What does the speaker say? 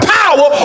power